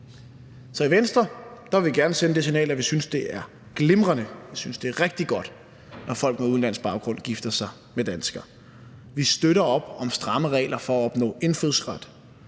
Så i Venstre vil vi gerne sende det signal, at vi synes, det er glimrende, at vi synes, det er rigtig godt, når folk med udenlandsk baggrund gifter sig med danskere, at vi støtter op om stramme regler for at opnå indfødsret,